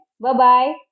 bye-bye